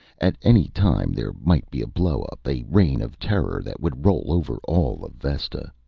at any time there might be a blowup, a reign of terror that would roll over all of vesta.